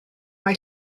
mai